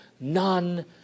none